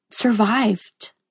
survived